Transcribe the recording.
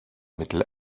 mittel